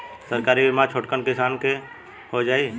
सरकारी बीमा छोटकन किसान क हो जाई?